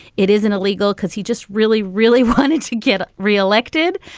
it isn't illegal because he just really, really wanted to get reelected,